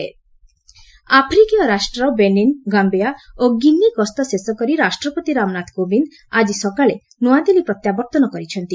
president returned ଆଫ୍ରିକୀୟ ରାଷ୍ଟ୍ର Benin Gambia ଓ ଗିନି ଗସ୍ତ ଶେଷ କରି ରାଷ୍ଟ୍ରପତି ରାମନାଥ କୋବିନ୍ଦ ଆଜି ସକାଳେ ନୂଆଦିଲ୍ଲୀ ପ୍ରତ୍ୟାବର୍ତ୍ତନ କରିଛନ୍ତି